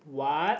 what